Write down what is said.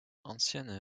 ancienne